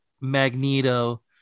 Magneto